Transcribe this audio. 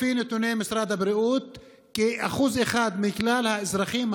לפי נתוני משרד הבריאות כ-1% מכלל האזרחים,